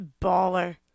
Baller